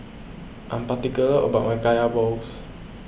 I am particular about my Kaya Balls